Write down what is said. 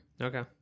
okay